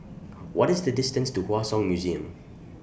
What IS The distance to Hua Song Museum